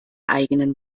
eigenen